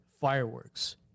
fireworks